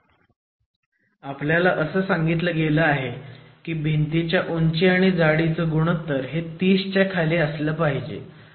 तर असं सांगितलं गेलं आहे की भिंतींच्या उंची आणि जाडीचं गुणोत्तर हे 30 च्या खाली असलं पाहिजे